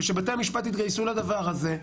ושבתי-המשפט התייחסו לדבר הזה,